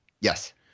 Yes